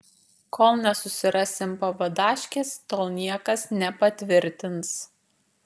kol nesusirasim pavadaškės tol niekas nepatvirtins